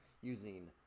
using